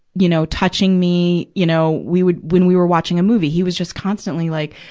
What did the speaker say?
you know, touching me, you know? we would, when we were watching a movie, he was just constantly, like,